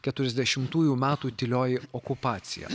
keturiasdešimtųjų metų tylioji okupacija